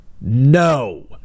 No